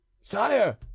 Sire